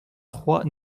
trois